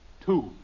two